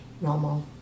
normal